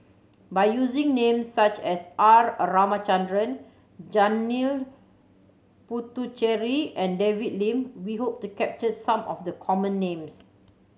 by using names such as R Ramachandran Janil Puthucheary and David Lim we hope to capture some of the common names